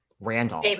Randall